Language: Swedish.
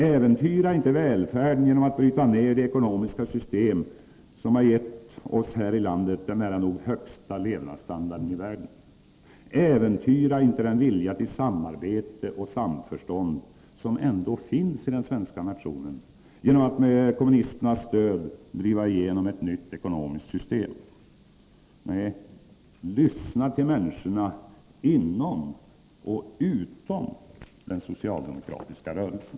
Äventyra inte välfärden genom att bryta ner det ekonomiska system som har gett oss här i landet den nära nog högsta levnadsstandarden i världen. Äventyra inte den vilja till samarbete och samförstånd som ändå finns i den svenska nationen genom att med kommunisternas stöd driva igenom ett nytt ekonomiskt system — lyssna till människorna inom och utom den socialdemokratiska rörelsen.